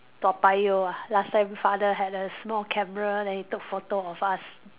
Toa-Payoh ah last time father had a small camera then he took photo of us